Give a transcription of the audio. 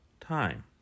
time